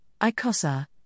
ICOSA